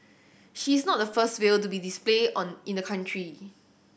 she's not the first whale to be display on in the country